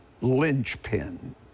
linchpin